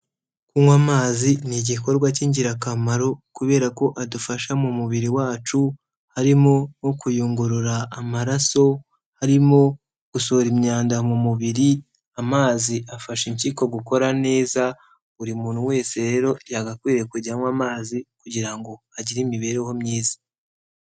Kunywa amazi ni igikorwa cy'ingirakamaro, kubera ko adufasha mu mubiri wacu harimo; nko kuyungurura amaraso, harimo gusohora imyanda mu mubiri, amazi afasha impyiko gukora neza. Buri muntu wese rero yagakwiriye kujya anywa amazi, kugira ngo agire imibereho myiza.